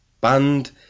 band